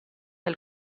del